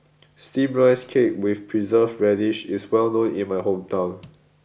Steamed Rice Cake with Preserved Radish is well known in my hometown